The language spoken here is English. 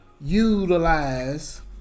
utilize